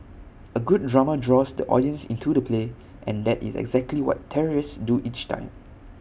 A good drama draws the audience into the play and that is exactly what terrorists do each time